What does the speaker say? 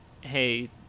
Hey